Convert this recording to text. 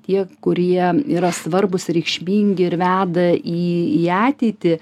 tie kurie yra svarbūs reikšmingi ir veda į į ateitį